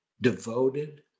devoted